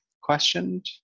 questioned